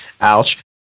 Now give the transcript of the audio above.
Ouch